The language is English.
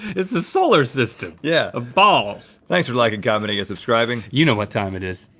it's the solar system. yeah. of balls. thanks for liking, commenting and subscribing. you know what time it is.